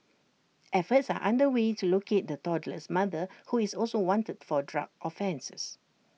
efforts are under way to locate the toddler's mother who is also wanted for drug offences